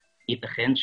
תודה לכל אלה שדיברו.